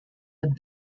had